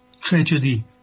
tragedy